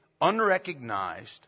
unrecognized